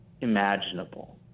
imaginable